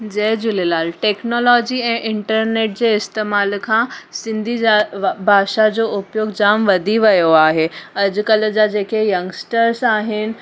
जय Jhulelal technology ऐं internet जे इस्तेमालु खां सिंधी जा भाषा जो उपयोग जाम वधी वियो आहे अॼुकल्ह जा जेके यंगस्टर्स आहिनि